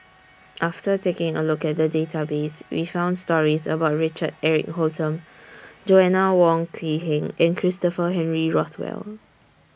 after taking A Look At The Database We found stories about Richard Eric Holttum Joanna Wong Quee Heng and Christopher Henry Rothwell